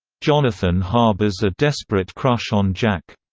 jonathan harbours a desperate crush on jack.